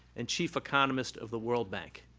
and chief economist of the world bank.